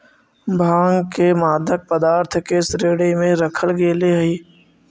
भाँग के मादक पदार्थ के श्रेणी में रखल गेले हइ